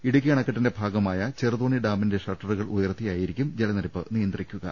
ഇടുക്കി അണക്കെട്ടിന്റെ ഭാഗമായ ചെറുതോണി ഡാമിന്റെ ഷട്ടറുകൾ ഉയർത്തിയായി രിക്കും ജലനിരപ്പ് നിയന്ത്രിക്കുക